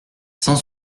cent